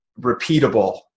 repeatable